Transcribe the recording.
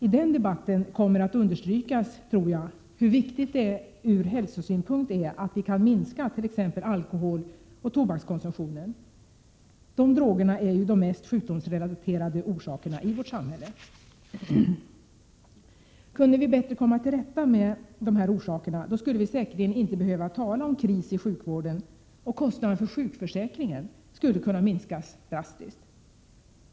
I den debatten kommer det att understrykas, tror jag, hur viktigt det ur hälsosynpunkt är att vi kan minska t.ex. alkoholoch tobakskonsumtionen. Alkohol och tobak är ju de mest sjukdomsrelaterade drogerna i vårt samhälle. Kunde vi bättre komma till rätta med dessa orsaker, skulle vi säkerligen inte behöva tala om kris i sjukvården, och kostnaderna för sjukförsäkringen skulle kunna minskas drastiskt.